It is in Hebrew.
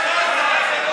אורן חזן,